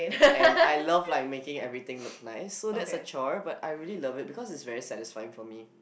and I love like make everything look nice so that's a chore but I really love it because it's very satisfying for me